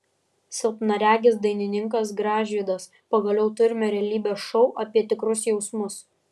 silpnaregis dainininkas gražvydas pagaliau turime realybės šou apie tikrus jausmus